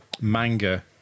manga